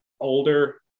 older